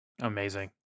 Amazing